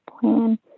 plan